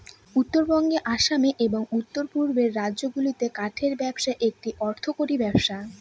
উত্তরবঙ্গে আসামে এবং উত্তর পূর্বের রাজ্যগুলাতে কাঠের ব্যবসা একটা অর্থকরী ব্যবসা